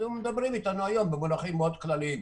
אז הם מדברים איתנו היום במונחים מאוד כלליים.